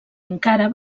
encara